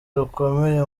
rukomeye